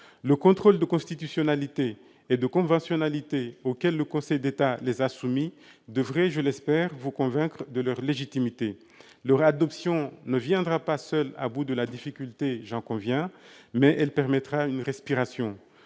Le contrôle de constitutionnalité et de conventionnalité auquel le Conseil d'État les a soumis devrait, je l'espère, vous convaincre de leur légitimité. J'en conviens, leur adoption ne viendra pas seule à bout de la difficulté. Mais elle permettra une respiration.